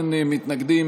אין מתנגדים,